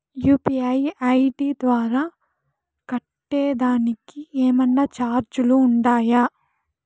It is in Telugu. యు.పి.ఐ ఐ.డి ద్వారా కట్టేదానికి ఏమన్నా చార్జీలు ఉండాయా?